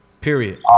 Period